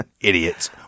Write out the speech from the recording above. Idiots